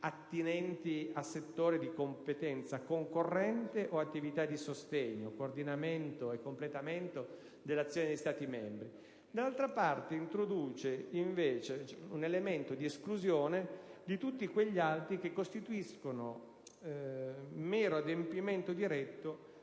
attinenti a settori di competenza concorrente o attività di sostegno, coordinamento e completamento dell'azione degli Stati membri, dall'altro introduce, invece, un elemento di esclusione di tutti quegli atti che costituiscono mero adempimento diretto